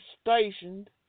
stationed